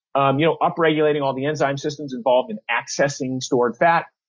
um you know up-regulating all the enzyme systems involved in accessing stored fat.